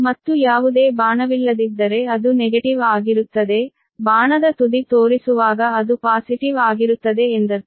ಮತ್ತು ಯಾವುದೇ ಬಾಣವಿಲ್ಲದಿದ್ದರೆ ಅದು ನೆಗೆಟಿವ್ ಆಗಿರುತ್ತದೆ ಬಾಣದ ತುದಿ ತೋರಿಸುವಾಗ ಅದು ಪಾಸಿಟಿವ್ ಆಗಿರುತ್ತದೆ ಎಂದರ್ಥ